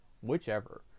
whichever